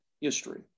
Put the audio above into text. history